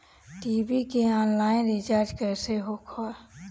TV के online recharge कैसे होखी?